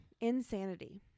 Insanity